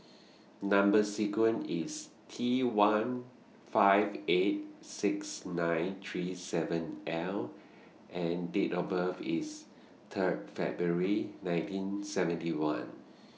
Number sequence IS T one five eight six nine three seven L and Date of birth IS Third February nineteen seventy one